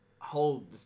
hold